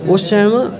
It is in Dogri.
उस टैम